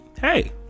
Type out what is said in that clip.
hey